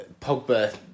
Pogba